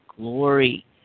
glory